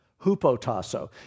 Hupotasso